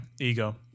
ego